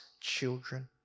children